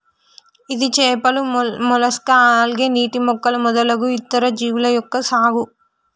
ఇది చేపలు, mollusca, algae, నీటి మొక్కలు మొదలగు ఇతర జీవుల యొక్క సాగు